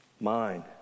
mind